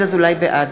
בעד